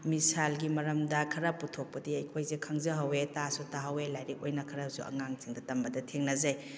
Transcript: ꯃꯤꯁꯥꯏꯜꯒꯤ ꯃꯔꯝꯗ ꯈꯔ ꯄꯨꯊꯣꯛꯄꯗꯤ ꯑꯩꯈꯣꯏꯁꯦ ꯈꯪꯖꯍꯧꯋꯦ ꯇꯥꯁꯨ ꯇꯥꯍꯧꯋꯦ ꯂꯥꯏꯔꯤꯛ ꯑꯣꯏꯅ ꯈꯔꯁꯨ ꯑꯉꯥꯡꯁꯤꯡꯗ ꯇꯝꯕꯗ ꯊꯦꯡꯅꯖꯩ